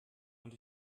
und